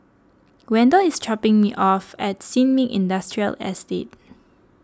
Wendel is dropping me off at Sin Ming Industrial Estate